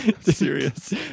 Serious